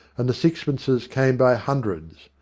and the sixpences came by hundreds.